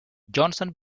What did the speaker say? johnson